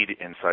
inside